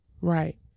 Right